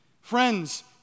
Friends